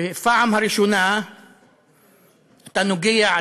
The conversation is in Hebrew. בפעם הראשונה אתה נוגע,